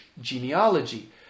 genealogy